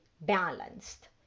balanced